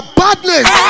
badness